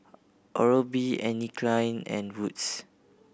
Oral B Anne Klein and Wood's